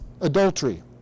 adultery